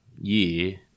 year